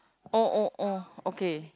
oh oh oh okay